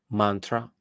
mantra